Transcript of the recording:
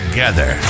Together